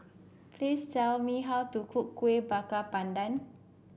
please tell me how to cook Kuih Bakar Pandan